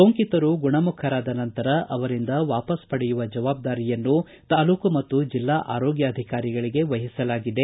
ಸೋಂಕಿತರು ಗುಣಮುಖರಾದ ನಂತರ ಅವರಿಂದ ವಾಪಸ ಪಡೆಯುವ ಜವಾಬ್ದಾರಿಯನ್ನು ತಾಲೂಕು ಮತ್ತು ಜಿಲ್ಲಾ ಆರೋಗ್ಯಾಧಿಕಾರಿಗಳಗೆ ವಹಿಸಲಾಗಿದೆ